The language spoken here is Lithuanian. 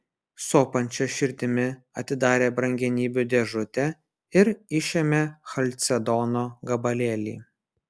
sopančia širdimi atidarė brangenybių dėžutę ir išėmė chalcedono gabalėlį